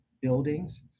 buildings